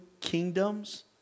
kingdoms